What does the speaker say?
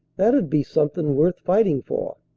that ud be something worth fighting for.